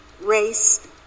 race